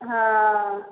हँ